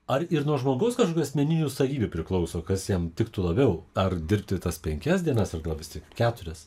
ar ir nuo žmogaus kažkokių asmeninių savybių priklauso kas jam tiktų labiau ar dirbti tas penkias dienas ar gal vis tik keturias